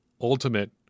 Ultimate